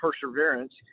perseverance